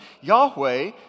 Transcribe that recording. Yahweh